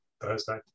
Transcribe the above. Thursday